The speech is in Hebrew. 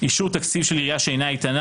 אישור תקציבה של עירייה שאינה איתנה,